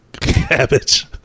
cabbage